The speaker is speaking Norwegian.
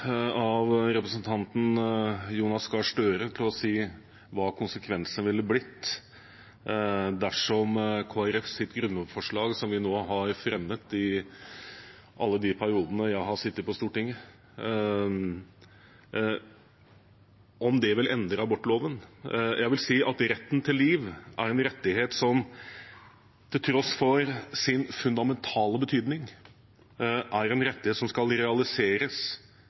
av representanten Jonas Gahr Støre til å si hva konsekvensene ville blitt hvis man hadde vedtatt Kristelig Folkepartis grunnlovsforslag, som vi har fremmet i alle de periodene jeg har sittet på Stortinget – om det ville endret abortloven. Jeg vil si at retten til liv er en rettighet som til tross for sin fundamentale betydning er en rettighet som skal realiseres